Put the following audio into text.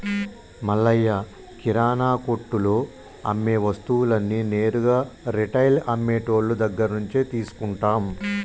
మల్లయ్య కిరానా కొట్టులో అమ్మే వస్తువులన్నీ నేరుగా రిటైల్ అమ్మె టోళ్ళు దగ్గరినుంచే తీసుకుంటాం